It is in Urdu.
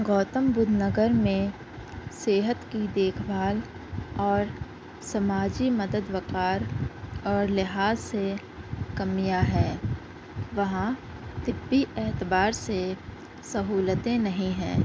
گوتم بدھ نگر میں صحت کی دیکھ بھال اور سماجی مدد وقار اور لحاظ سے کمیاں ہیں وہاں طبعی اعتبار سے سہولتیں نہیں ہیں